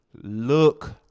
look